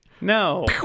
No